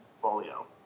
portfolio